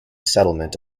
settlement